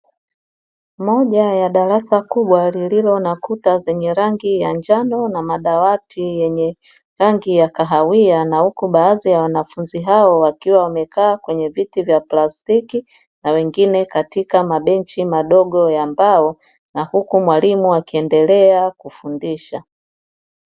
Moja ya darasa kubwa, lililo na kuta zenye rangi ya njano na madawati yenye rangi ya kahawia, na huku baadhi ya wanafunzi hao wakiwa wamekaa kwenye viti vya plastiki na wengine katika mabenchi madogo ya mbao, na huku mwalimu akiendelea kufundisha.